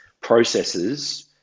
processes